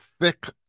thick